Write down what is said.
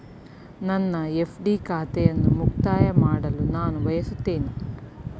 ನನ್ನ ಎಫ್.ಡಿ ಖಾತೆಯನ್ನು ಮುಕ್ತಾಯ ಮಾಡಲು ನಾನು ಬಯಸುತ್ತೇನೆ